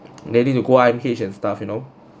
nagging to go rampage and stuff you know